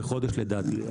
זה מה שעלה אצלנו בדיון.